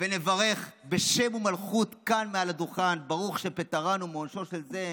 ונברך בשם ומלכות כאן מעל הדוכן: ברוך שפטרנו מעונשו של זה,